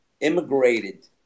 immigrated